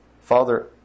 Father